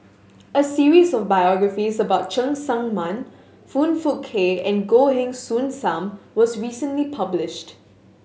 a series of biographies about Cheng Tsang Man Foong Fook Kay and Goh Heng Soon Sam was recently published